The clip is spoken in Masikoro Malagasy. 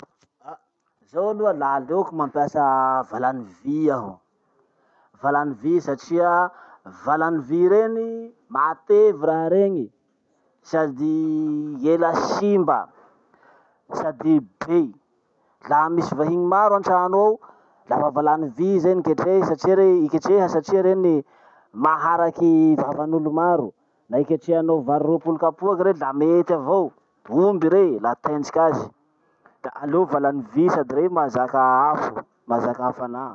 Ah! Zaho aloha la aleoko mampiasa valany vy aho. Valany vy satria valany vy reny, matevy raha reny sady ela simba sady be. Laha misy vahiny maro antrano ao, lafa valany vy zay ny ketrehy satria rey- iketreha satria reny maharaky vavan'olo maro. Na iketrehanao vary roapolo kapoaky rey la mety avao, omby rey, la tendriky azy. Da aleo valany vy sady rey mahazaka afo mahazaka hafanà.